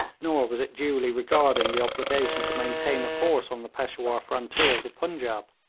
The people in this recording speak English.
nor was it duly regarding the obligation to maintain a force on the peshawur frontier of the punjaub.